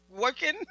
working